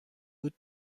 بود